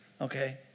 Okay